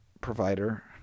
provider